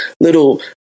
little